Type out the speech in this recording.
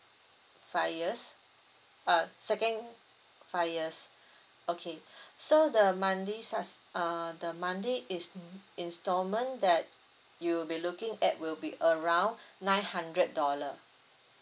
five years uh second five years okay so the monthly sus~ uh the monthly is in~ installment that you will be looking at will be around nine hundred dollar